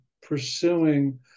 pursuing